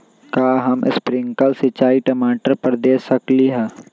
का हम स्प्रिंकल सिंचाई टमाटर पर दे सकली ह?